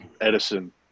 Edison